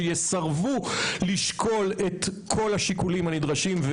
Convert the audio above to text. שיסרבו לשקול את כל השיקולים הנדרשים,